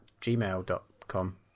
gmail.com